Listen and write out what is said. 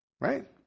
Right